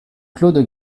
claude